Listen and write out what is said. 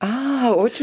a o čia